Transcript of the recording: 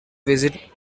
visit